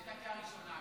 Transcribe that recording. זו הייתה קריאה ראשונה.